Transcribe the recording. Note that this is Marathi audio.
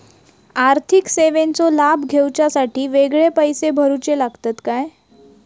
आर्थिक सेवेंचो लाभ घेवच्यासाठी वेगळे पैसे भरुचे लागतत काय?